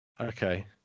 Okay